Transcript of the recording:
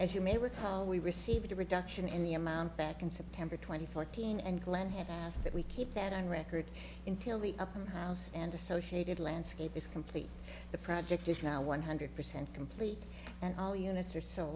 as you may recall we received a reduction in the amount back in september twenty four teen and glenn have asked that we keep that on record entirely up and house and associated landscape is complete the project is now one hundred percent complete and all units are so